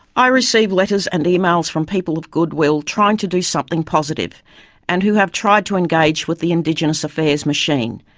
i receive letters and emails from people of goodwill trying to do something positive and who have tried to engage with the indigenous affairs machine.